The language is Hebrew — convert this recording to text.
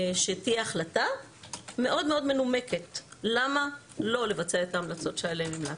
החלטה מאוד מנומקת למה לא לבצע את ההמלצות שעליהן המלצנו.